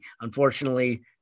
unfortunately